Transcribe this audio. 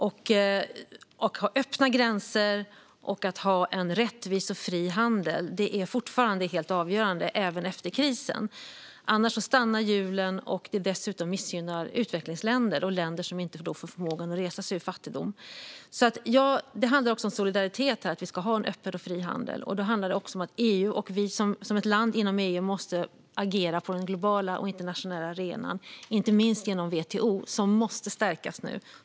Att ha öppna gränser och en rättvis och fri handel är fortfarande helt avgörande, även efter krisen. Annars stannar hjulen, och det skulle dessutom missgynna utvecklingsländer och länder som då inte får förmågan att resa sig ur fattigdom. Att vi ska ha en öppen och fri handel handlar också om solidaritet. Då handlar det även om att EU och vi som ett land inom EU måste agera på den globala och internationella arenan - inte minst genom WTO, som måste stärkas nu.